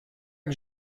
que